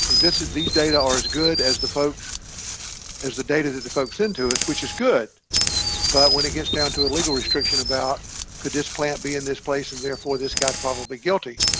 this is these data are as good as the folks as the data that the folks send to us, which is good but when it gets down to a legal restriction about could this plant be in this place? and therefore this guy's probably guilty